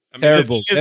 terrible